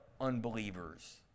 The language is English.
unbelievers